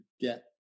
get